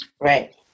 Right